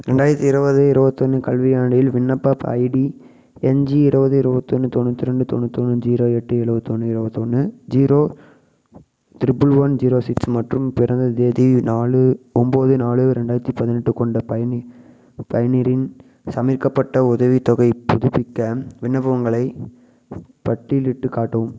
ரெண்டாயிரத்தி இருபது இருபத்தொன்னு கல்வியாண்டில் விண்ணப்பப் ஐடி என்ஜி இருபது இருபத்தொன்னு தொண்ணூற்றி ரெண்டு தொண்ணூற்றி ஒன்று ஜீரோ எட்டு எழுபத்தொன்னு எழுபத்தொன்னு zero triple one zero six மற்றும் பிறந்த தேதி நாலு ஒன்போது நாலு ரெண்டாயிரத்தி பதினெட்டு கொண்ட பயணி பயணியரின் சமர்பிக்கப்பட்ட உதவித்தொகை புதுப்பிக்க விண்ணப்பங்களை பட்டியலிட்டு காட்டவும்